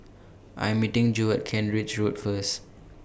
I Am meeting Jo At Kent Ridge Road First